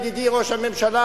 ידידי ראש הממשלה,